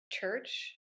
church